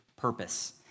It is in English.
purpose